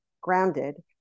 grounded